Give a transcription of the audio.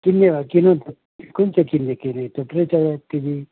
किन्ने भए किनौँ न कुन चाहिँ किन्ने किन्यो भने थुप्रै छ यो टिभी